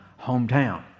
hometown